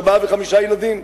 ארבעה וחמישה ילדים,